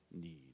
need